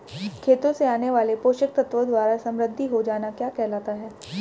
खेतों से आने वाले पोषक तत्वों द्वारा समृद्धि हो जाना क्या कहलाता है?